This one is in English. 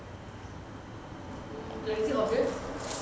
um like is it obvious